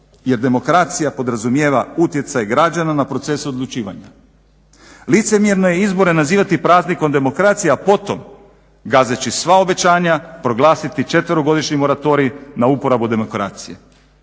Jer demokracija podrazumijeva utjecaj građana na procese odlučivanja. Licemjerno je izbore nazivati praznikom demokracije, a potom gazeći sva obećanja proglasiti 4-godišnji moratorij na uporabu demokracije.